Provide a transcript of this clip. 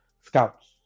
scouts